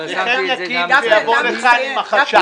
שנחמיה קינד יבוא לכאן יחד עם החשב.